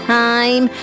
time